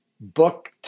book